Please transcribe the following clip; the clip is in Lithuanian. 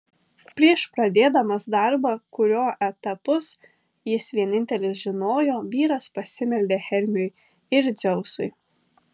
prieš pradėdamas darbą kurio etapus jis vienintelis žinojo vyras pasimeldė hermiui ir dzeusui